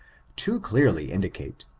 too clearly indicate.